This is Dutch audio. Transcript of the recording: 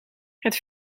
het